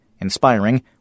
inspiring